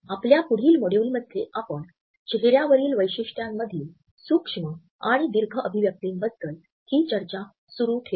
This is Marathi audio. आपल्या पुढील मॉड्यूलमध्ये आपण चेहऱ्यावरील वैशिष्ट्यांमधील सूक्ष्म आणि दीर्घ अभिव्यक्तिंबद्दल ही चर्चा सुरू ठेवू